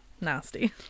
Nasty